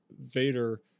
Vader